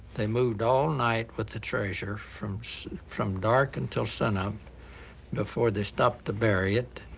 they moved all night with the treasure from so from dark until sun up before they stopped to bury it.